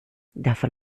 davon